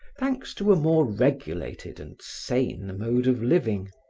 thanks to a more regulated and sane mode of living.